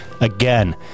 again